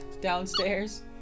downstairs